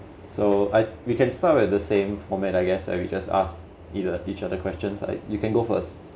so I we can start with the same format I guess we just ask either each other questions you can go first